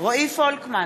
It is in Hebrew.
רועי פולקמן,